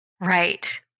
Right